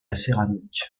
céramique